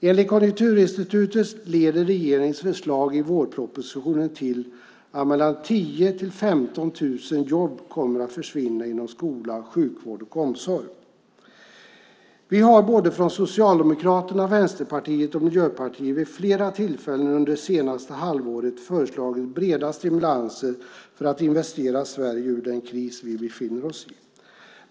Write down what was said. Enligt Konjunkturinstitutet leder regeringens förslag i vårpropositionen till att mellan 10 000 och 15 000 jobb kommer att försvinna inom skola, sjukvård och omsorg. Vi har från Socialdemokraterna, Vänsterpartiet och Miljöpartiet vid flera tillfällen under det senaste halvåret föreslagit breda stimulanser för att investera Sverige ur den kris vi befinner oss i.